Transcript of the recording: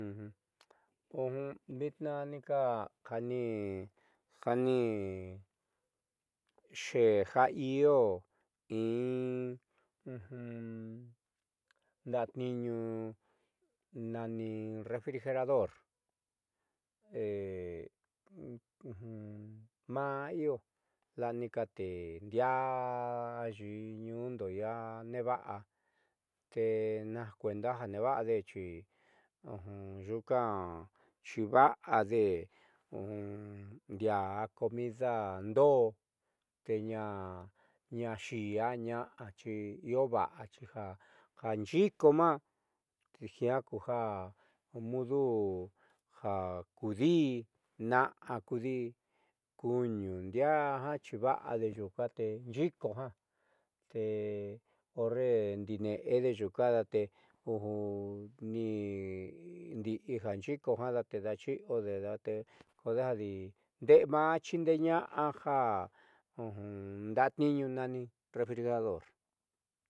Vitnaa niko jani jani xee ja i'io in ndaatni'iñu nani refrigerador maa i'io la'a nikatendiaá ayi'i ñuundo neeva'a te naj kuenda jaa nee va'ade xi nyuuka xiiva'ade ndiaá comida ndo'o te ñaa ñaa yi'ia ña'a xi io vaá xi ja nyiiko jiaa kuja mudu ja kuudi'i na'a kudi'i kuñu ndiaa ja xiiva'ade nyuuka te nyi'iko ja te horre ndiine'ede yuuka te ni'indi'i ja nyiiko jiaa te daachi'iode date kodaajdi ndeé maa xiindee na'a ndaatniiñu nani refrigerador.